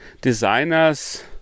designers